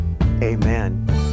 Amen